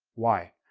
why?